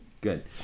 Good